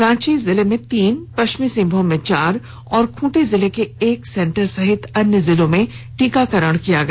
रांची जिले में तीन पश्चिम सिंहभूम में चार और खूंटी जिले के एक सेंटर सहित अन्य जिलों में टीकाकरण किया गया